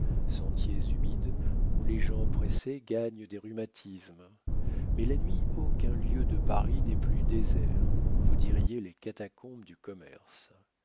sentiers humides où les gens pressés gagnent des rhumatismes mais la nuit aucun lieu de paris n'est plus désert vous diriez les catacombes du commerce